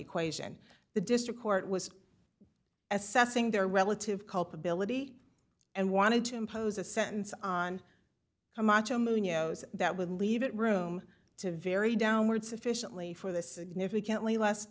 equation the district court was assessing their relative culpability and wanted to impose a sentence on camacho munoz that would leave it room to very downward sufficiently for the significantly less